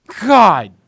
god